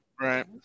Right